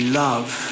love